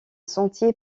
sentier